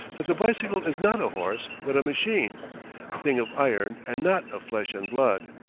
that the bicycle is not a horse, but a machine a thing of iron and not of flesh and blood.